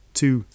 two